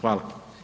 Hvala.